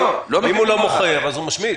אם הוא לא מוכר אז הוא משמיד.